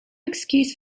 excuse